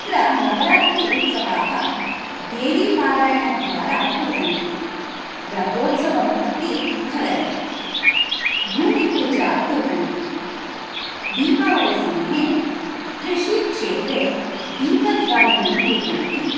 अत्र नवरात्री उत्सवाः देवीपारायणद्वारा कुर्वन्ति रथोत्सवम् अपि भवति भूमि पूजा कुर्वन्ति दीपावलीसमये कृषिक्षेत्रे दीपज्वालनं कुर्वन्ति